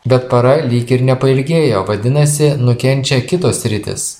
bet para lyg ir nepailgėjo vadinasi nukenčia kitos sritys